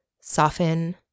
Soften